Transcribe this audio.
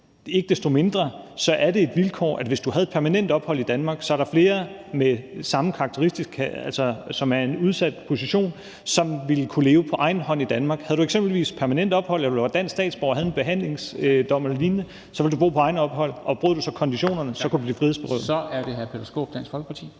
Ikke desto mindre er det et vilkår, at hvis du havde permanent ophold i Danmark, er der flere med samme karakteristika, som er i en udsat position, og som ville kunne leve på egen hånd i Danmark. Havde du eksempelvis permanent ophold, eller var du dansk statsborger og havde en behandlingsdom eller lignende, ville du bo på egen hånd, og brød du så konditionerne, kunne du blive frihedsberøvet. Kl. 13:38 Formanden